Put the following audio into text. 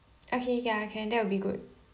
okay ya can that will be good